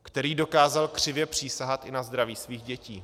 Který dokázal křivě přísahat i na zdraví svých dětí.